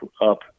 up